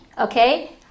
okay